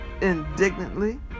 indignantly